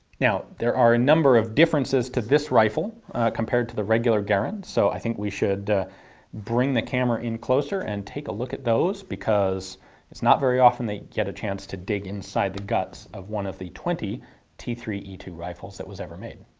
now there are a number of differences to this rifle compared to the regular garand, so i think we should bring the camera in closer and take a look at those because it's not very often that you get a chance to dig inside the guts of one of the twenty t three e two rifles that was ever made.